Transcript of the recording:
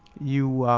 you